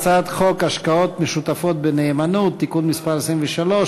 הצעת חוק השקעות משותפות בנאמנות (תיקון מס' 23),